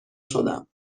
شدم